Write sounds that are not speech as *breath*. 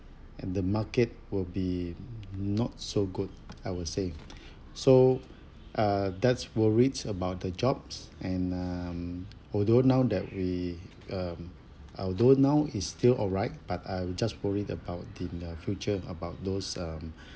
and the market will be not so good I will say *breath* so uh that's worried about the jobs and um although now that we um although now is still alright but I will just worried about in uh future about those um *breath*